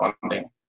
funding